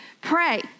Pray